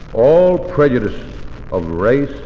all prejudice of race